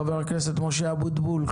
חבר הכנסת משה אבוטבול,